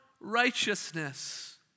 righteousness